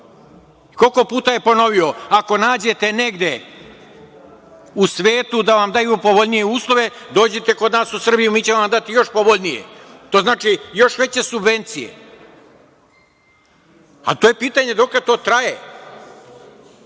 Koliko puta je ponovio, ako nađete negde u svetu da vam daju povoljnije uslove dođite kod nas u Srbiju mi ćemo vam dati još povoljnije. To znači još veće subvencije. To je pitanje dokle to traje?